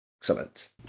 Excellent